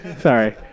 sorry